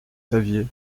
saviez